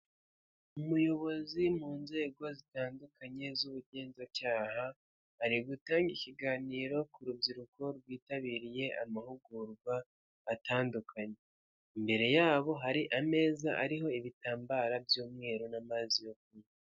Umuyobozi mu nzego zitandukanye z'ubugenzacyaha ari gutanga ikiganiro ku rubyiruko rwitabiriye amahugurwa atandukanye, imbere yabo hari ameza ariho ibitambaro by'umweru n'amazi yo kunywa.